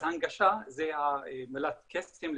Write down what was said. אז ההנגשה היא מילת קסם.